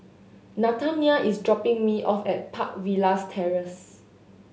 Nathanial is dropping me off at Park Villas Terrace